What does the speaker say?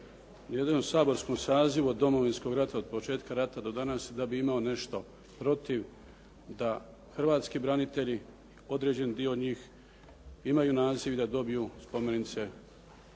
jednom saborskom sazivu od Domovinskog rata, od početka rata do danas da bi imao nešto protiv da hrvatski branitelji, određen dio njih imaju naziv i da dobiju spomenice